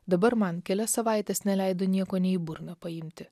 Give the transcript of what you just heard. dabar man kelias savaites neleido nieko nė į burną paimti